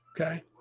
Okay